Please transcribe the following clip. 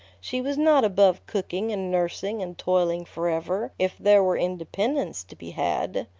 she was not above cooking and nursing and toiling forever if there were independence to be had.